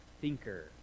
thinker